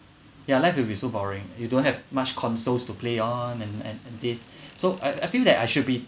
ya life will be so boring you don't have much consoles to play on and and this so I I feel that I should be